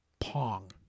Pong